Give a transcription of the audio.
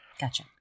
gotcha